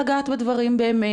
לגעת בדברים באמת,